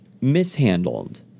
mishandled